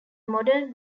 modern